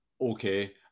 okay